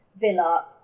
Villa